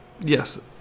yes